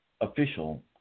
Official